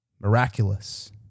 miraculous